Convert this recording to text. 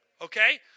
Okay